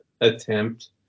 attempt